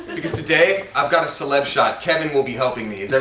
because today, i've got a celeb shot. kevin will be helping me. so